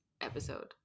episode